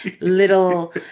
little